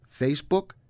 Facebook